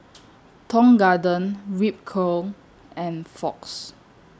Tong Garden Ripcurl and Fox